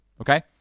Okay